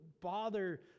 bother